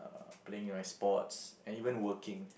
playing my sports and even working